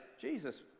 Jesus